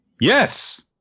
Yes